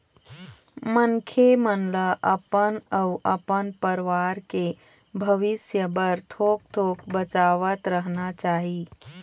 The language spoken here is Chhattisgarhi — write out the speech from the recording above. मनखे मन ल अपन अउ अपन परवार के भविस्य बर थोक थोक बचावतरहना चाही